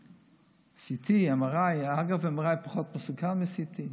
CT. MRI אגב, MRI פחות מסוכן מ-CT.